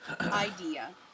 idea